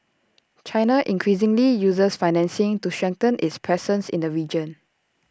China increasingly uses financing to strengthen its presence in the region